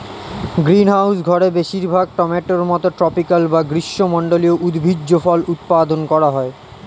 greenhouse ঘরে বেশিরভাগ টমেটোর মতো ট্রপিকাল বা গ্রীষ্মমন্ডলীয় উদ্ভিজ্জ ফল উৎপাদন করা হয়